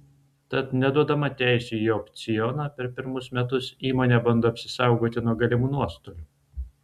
tad neduodama teisių į opcioną per pirmus metus įmonė bando apsisaugoti nuo galimų nuostolių